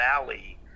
valley